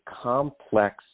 complex